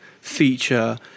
feature